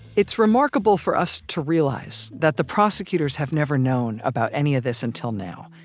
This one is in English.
it's remarkable for us to realize that the prosecutors have never known about any of this until now.